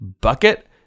bucket